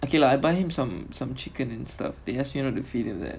okay lah I buy him some some chicken and stuff they ask me not to feed it that